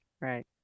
Right